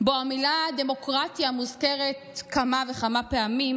שבו המילה "דמוקרטיה" מוזכרת כמה וכמה פעמים,